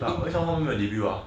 X one when they debut ah